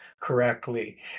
correctly